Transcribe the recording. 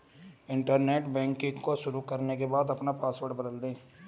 internet banking को शुरू करने के बाद अपना पॉसवर्ड बदल दे